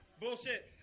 Bullshit